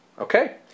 Okay